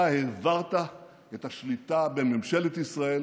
אתה העברת את השליטה בממשלת ישראל,